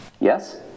Yes